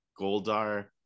goldar